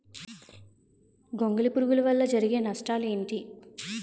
గొంగళి పురుగు వల్ల జరిగే నష్టాలేంటి?